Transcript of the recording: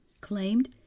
claimed